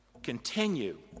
Continue